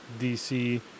DC